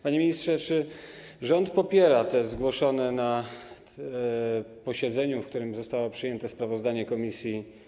Panie ministrze, czy rząd popiera poprawki zgłoszone na posiedzeniu, na którym zostało przyjęte sprawozdanie komisji?